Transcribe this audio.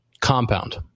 compound